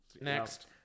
next